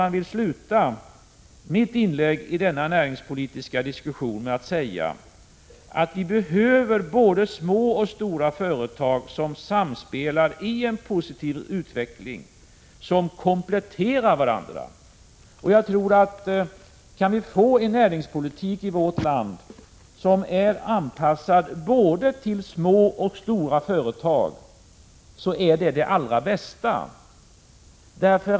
Jag vill avsluta mitt inlägg i denna näringspolitiska diskussion med att säga att vi behöver både små och stora företag som samspelar i en positiv utveckling, som kompletterar varandra. Om vi kan få en näringspolitik i vårt land som är anpassad både till små och stora företag, är det det allra bästa.